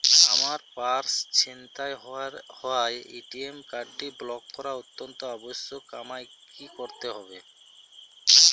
আমার পার্স ছিনতাই হওয়ায় এ.টি.এম কার্ডটি ব্লক করা অত্যন্ত আবশ্যিক আমায় কী কী করতে হবে?